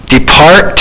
Depart